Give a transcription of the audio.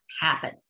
happen